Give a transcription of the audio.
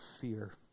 fear